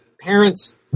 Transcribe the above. Parents